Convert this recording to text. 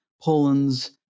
Poland's